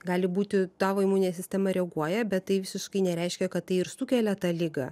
gali būti tavo imuninė sistema reaguoja bet tai visiškai nereiškia kad tai ir sukelia tą ligą